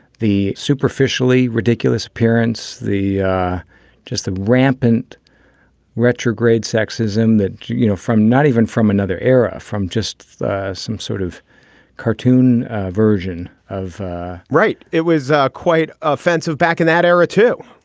the superficially ridiculous appearance, the just the rampant retrograde sexism that you know, from not even from another era, from just some sort of cartoon version of right. it was quite offensive back in that era, too